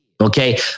Okay